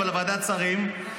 אבל ועדת השרים,